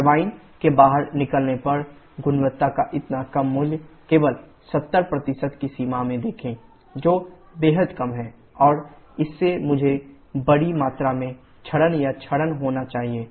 turbine के बाहर निकलने पर गुणवत्ता का इतना कम मूल्य केवल 70 की सीमा में देखें जो बेहद कम है और इससे मुझे बड़ी मात्रा में क्षरण या क्षरण होना चाहिए